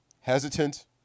hesitant